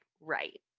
right